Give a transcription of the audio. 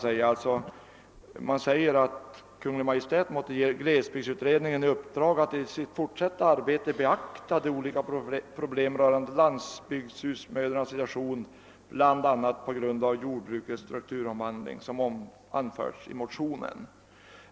Det står »att Kungl. Maj:t måtte ge glesbygdsutredningen i uppdrag att i sitt fortsatta arbete beakta de olika problem rörande landsbygdshusmödrarnas situation bland annat på grund av jordbrukets strukturomvandling som anförts i motionen».